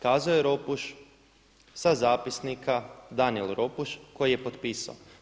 Kazao je Ropuš sa zapisnika Danijel Ropuš koji je potpisao.